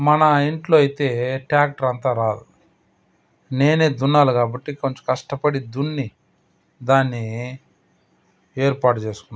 మన ఇంట్లో అయితే ట్ర్యాక్టర్ అంత రాదు నేనే దున్నాలి కాబట్టి కొంచెం కష్టపడి దున్ని దాన్నీ ఏర్పాటు చేసుకున్న